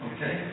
Okay